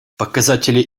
показатели